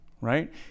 right